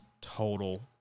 total